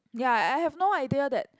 ya I I have no idea that